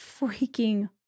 freaking